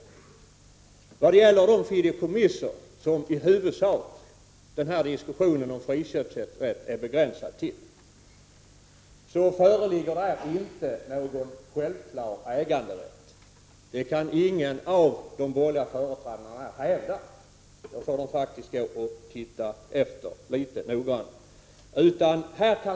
När det gäller de fideikommiss som den här diskussionen om friköpsrätt i huvudsak är begränsad till föreligger det inte någon självklar äganderätt. Det kan ingen av de borgerliga företrädarna hävda. De får gå och se efter litet noggrannare.